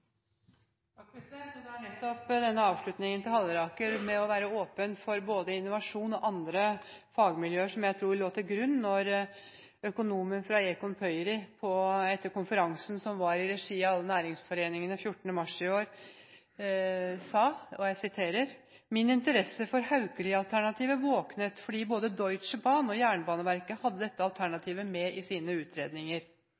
i framtiden. Det er nettopp det som går fram av denne avslutningen til Halleraker om å være åpen for både innovasjon og andre fagmiljøer, som jeg tror lå til grunn da økonomen fra Econ Pöyry etter konferansen som var i regi av alle næringsforeningene 14. mars i år, sa: «Min interesse for Haukeli-alternativet våknet fordi både Deutsche Bahn og Jernbaneverket hadde dette